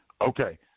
Okay